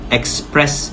express